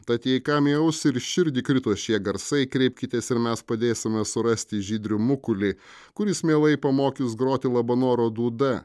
tad jei kam į ausį ir širdį krito šie garsai kreipkitės ir mes padėsime surasti žydrių mukulį kuris mielai pamokys groti labanoro dūda